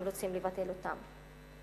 הם רוצים לבטל אותם.